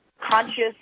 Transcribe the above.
conscious